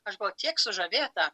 aš buvau tiek sužavėta